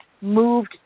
moved